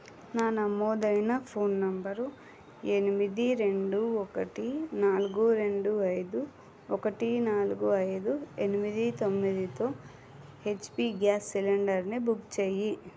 నా నమోదైన ఫోన్ నంబరు ఎనిమిది రెండు ఒకటి నాలుగు రెండు ఐదు ఒకటి నాలుగు ఐదు ఎనిమిది తొమ్మిదితో హెచ్పి గ్యాస్ సిలిండర్ ని బుక్ చేయి